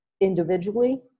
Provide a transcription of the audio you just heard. individually